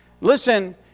Listen